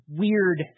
weird